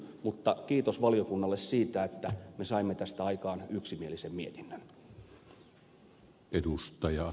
mutta kiitos valiokunnalle siitä että me saimme tästä aikaan yksimielisen mietinnön